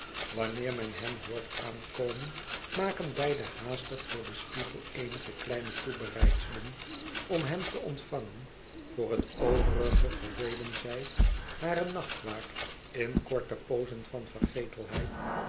wanneer men hem hoort aankomen maken beide haastig voor den spiegel eenige kleine toebereidselen om hem te ontvangen voor het overige verdeelen zij hare nachtwaak in korte poozen van